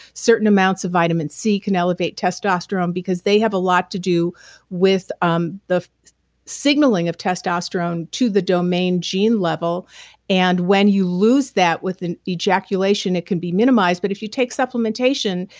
certain amounts of vitamin c can elevate testosterone because they have a lot to do with um the signaling of testosterone to the domain gene level and when you lose that with an ejaculation, it can be minimized, but if you take supplementation,